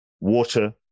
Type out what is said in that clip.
water